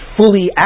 fully